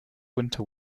winter